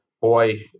boy